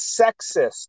sexist